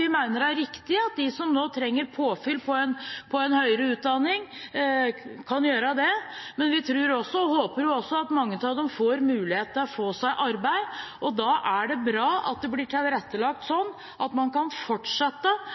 Vi mener det er riktig at de som nå trenger påfyll på høyere utdanning, kan gjøre det, men vi tror og håper jo også at mange av dem får mulighet til å få seg arbeid. Og da er det bra at det blir tilrettelagt sånn at man kan fortsette